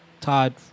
Todd